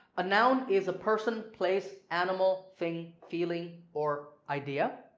a noun is a person, place, animal, thing, feeling or idea.